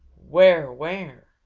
where? where?